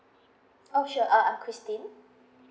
oh sure uh uh christine